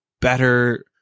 better